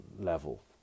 level